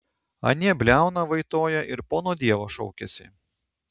anie bliauna vaitoja ir pono dievo šaukiasi